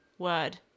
word